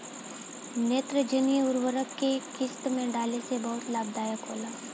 नेत्रजनीय उर्वरक के केय किस्त में डाले से बहुत लाभदायक होला?